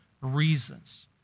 reasons